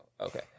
Okay